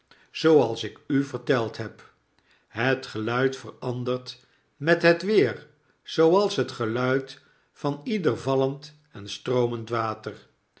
zooals ik u verteld heb het geluid verandert met het weer zooals het geluid van ieder vallend en stroomend water